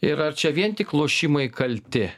ir ar čia vien tik lošimai kalti